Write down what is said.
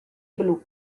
blu